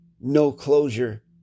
no-closure